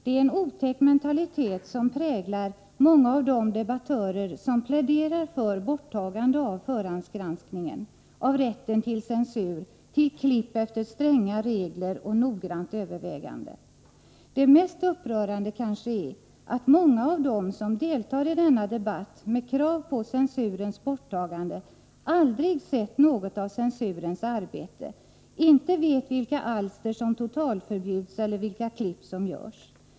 Det är en otäck mentalitet som präglar de debattörer som pläderar för borttagande av förhandsgranskningen, av rätten till censur, till klipp efter stränga regler och noggrant övervägande. Det mest upprörande är kanske att många av dem som deltar i denna debatt med krav på censurens borttagande aldrig sett något av censurens arbete, inte vet vilka alster som totalförbjuds eller vilka klipp som görs.